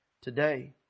today